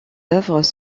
œuvres